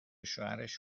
شوهرش